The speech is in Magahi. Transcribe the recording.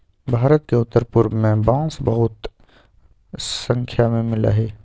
भारत के उत्तर पूर्व में बांस बहुत स्नाख्या में मिला हई